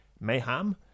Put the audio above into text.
Mayhem